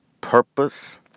purpose